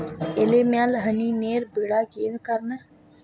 ಎಲೆ ಮ್ಯಾಲ್ ಹನಿ ನೇರ್ ಬಿಳಾಕ್ ಏನು ಕಾರಣ?